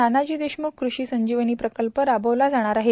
नानाजी देशमुख क्रषी संजीवनी प्रकल्प राबविला जाणार आहे